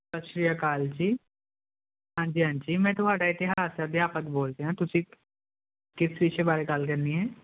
ਸਤਿ ਸ਼੍ਰੀ ਅਕਾਲ ਜੀ ਹਾਂਜੀ ਹਾਂਜੀ ਮੈਂ ਤੁਹਾਡਾ ਇਤਿਹਾਸ ਅਧਿਆਪਕ ਬੋਲਦਿਆਂ ਤੁਸੀਂ ਕਿਸ ਵਿਸ਼ੇ ਬਾਰੇ ਗੱਲ ਕਰਨੀ ਹੈ